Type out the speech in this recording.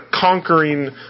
conquering